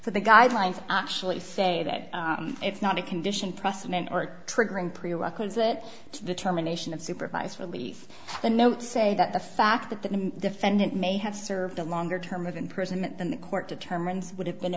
so the guidelines actually say that it's not a condition precedent or triggering prerequisite to determination of supervised release the notes say that the fact that the defendant may have served a longer term of imprisonment than the court determines would have been